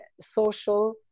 social